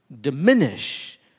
diminish